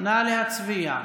נא להצביע.